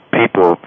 people